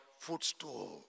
Footstool